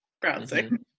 browsing